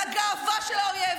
לגאווה של האויב,